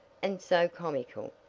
and so comical,